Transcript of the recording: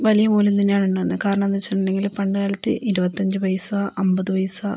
വലിയ മൂല്യം തന്നെയാണ് കാരണം എന്തെന്ന് വെച്ചിട്ടുണ്ടെങ്കില് പണ്ടുകാലത്ത് ഇരുപത്തി അഞ്ച് പൈസ അമ്പത് പൈസ